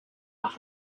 off